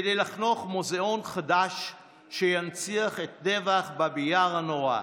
כדי לחנוך מוזיאון חדש שינציח את טבח באבי יאר הנורא,